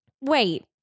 wait